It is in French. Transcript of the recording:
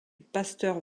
pasteur